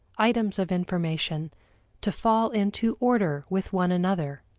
items of information to fall into order with one another.